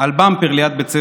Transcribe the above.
על במפר ליד בית ספר.